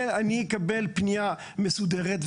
אם אני אקבל פנייה מסודרת,